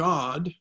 God